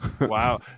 wow